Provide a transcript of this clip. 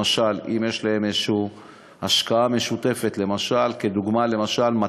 למשל, אם יש השקעה משותפת, למשל למט"ש,